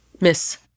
miss